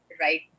right